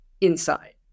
inside